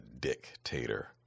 dictator